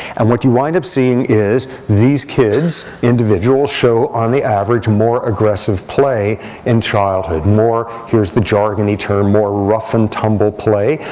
and what you wind up seeing is these kids show, on the average, more aggressive play in childhood, more here's the jargony term more rough and tumble play,